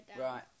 Right